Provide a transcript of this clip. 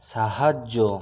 সাহায্য